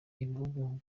ibihugu